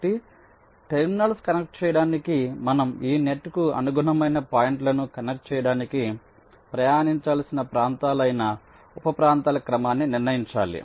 కాబట్టి terminals connect చేయడానికి మనం ఈ నెట్ కు అనుగుణమైన పాయింట్లను కనెక్ట్ చేయడానికి ప్రయాణించాల్సిన ప్రాంతాలు అయిన ఉప ప్రాంతాల క్రమాన్ని నిర్ణయించాలి